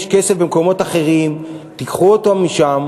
יש כסף במקומות אחרים, תיקחו אותו משם.